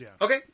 Okay